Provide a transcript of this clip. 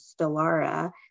Stellara